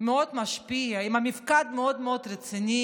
מאוד משפיע, עם מפקד מאוד מאוד רציני,